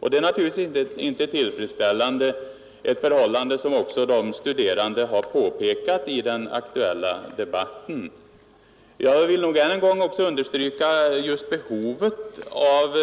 Detta är naturligtvis inte tillfredsställande, vilket också de studerande har påpekat i den aktuella debatten. Jag vill än en gång understryka behovet av